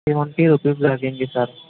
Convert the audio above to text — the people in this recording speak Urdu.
سوینٹی روپیز لگیں گے سر